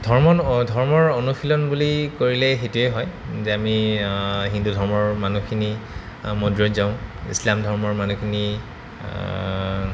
ধৰ্ম ধৰ্মৰ অনুশীলন বুলি কৰিলে সেইটোৱেই হয় যে আমি হিন্দু ধৰ্মৰ মানুহখিনি মন্দিৰত যাওঁ ইছলাম ধৰ্মৰ মানুহখিনি